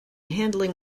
handling